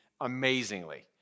amazingly